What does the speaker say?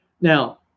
Now